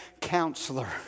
counselor